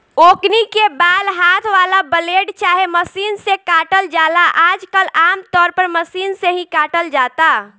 ओकनी के बाल हाथ वाला ब्लेड चाहे मशीन से काटल जाला आजकल आमतौर पर मशीन से ही काटल जाता